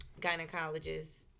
gynecologist